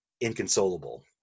inconsolable